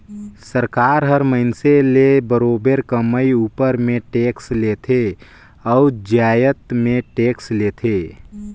सरकार हर मइनसे ले बरोबेर कमई उपर में टेक्स लेथे अउ जाएत में टेक्स लेथे